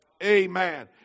Amen